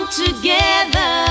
together